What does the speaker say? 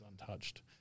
untouched